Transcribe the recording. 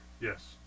Yes